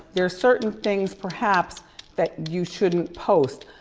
there are certain things perhaps that you shouldn't post,